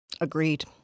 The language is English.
Agreed